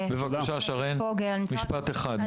בבקשה, שרן, משפט אחד.